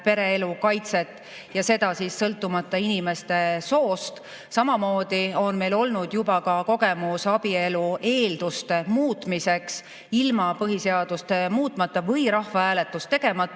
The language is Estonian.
pereelu kaitset sõltumata inimeste soost. Samamoodi on meil olnud juba ka kogemus abielu eelduste muutmiseks ilma põhiseadust muutmata või rahvahääletust tegemata.